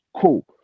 Cool